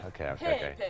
Okay